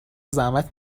زحمت